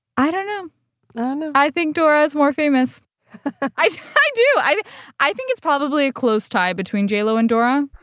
i don't know and i i think dora is more famous i i do. i i think it's probably a close tie between j-lo and dora